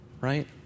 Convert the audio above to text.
right